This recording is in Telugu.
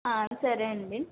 సరే అండి